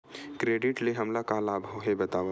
Credit से हमला का लाभ हे बतावव?